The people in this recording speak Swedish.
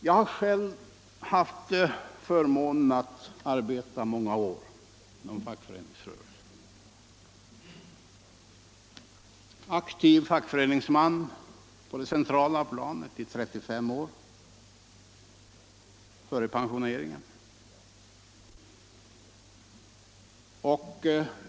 Jag har själv haft förmånen att arbeta många år inom fackföreningsrörelsen — som aktiv fackföreningsman på det centrala planet i 35 år före pensioneringen.